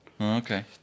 Okay